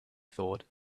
thought